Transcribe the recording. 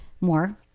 more